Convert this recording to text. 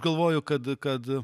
galvoju kad kad